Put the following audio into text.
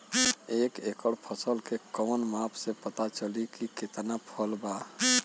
एक एकड़ फसल के कवन माप से पता चली की कितना फल बा?